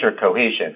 cohesion